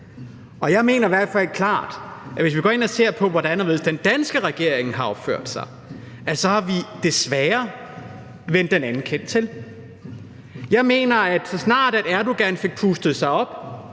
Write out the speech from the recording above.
og jeg mener i hvert fald klart, hvis vi går ind og ser på, hvordan og hvorledes den danske regering har opført sig, at man så desværre har vendt den anden kind til. Jeg mener, at den danske regering, så snart Erdogan fik pustet sig op